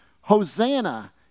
Hosanna